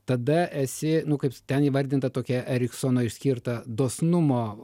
tada esi nu kaip ten įvardinta tokia eriksono išskirta dosnumo